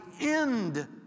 end